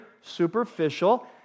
superficial